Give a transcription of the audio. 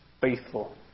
faithful